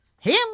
Him